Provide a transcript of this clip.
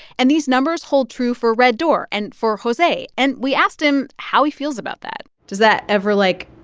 and these numbers hold true for red door and for jose. and we asked him how he feels about that does that ever, like,